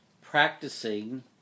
practicing